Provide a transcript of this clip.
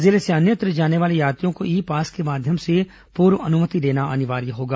जिले से अन्यत्र जाने वाले यात्रियों को ई पास के माध्यम से पूर्व अनुमति लेना अनिवार्य होगा